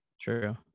True